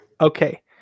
Okay